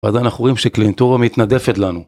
ועדיין אנחנו רואים שקליינטורה מתנדפת לנו